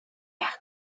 had